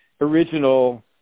original